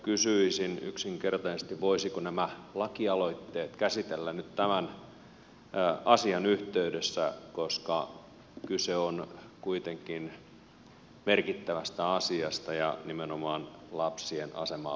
kysyisin yksinkertaisesti voisiko nämä lakialoitteet käsitellä nyt tämän asian yhteydessä koska kyse on kuitenkin merkittävästä asiasta ja nimenomaan lapsien asemaa parantavasta asiasta